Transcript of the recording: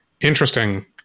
interesting